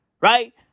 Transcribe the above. right